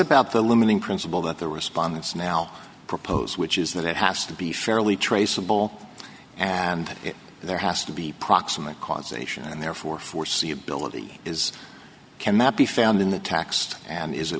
about the limiting principle that the respondents now propose which is that it has to be fairly traceable and there has to be proximate cause ation and therefore foreseeability is can that be found in the text and is it